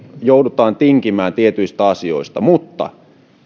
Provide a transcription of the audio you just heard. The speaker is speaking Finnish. joudutaan tinkimään tietyistä asioista mutta